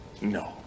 no